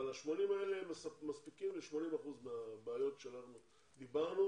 ה-80 האלה מספיקים ל-80 אחוזים מהבעיות עליהן דיברנו